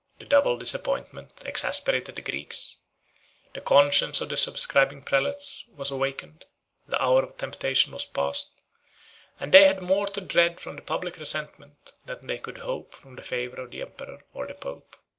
the double disappointment exasperated the greeks the conscience of the subscribing prelates was awakened the hour of temptation was past and they had more to dread from the public resentment, than they could hope from the favor of the emperor or the pope.